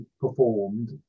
performed